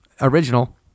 original